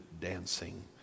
dancing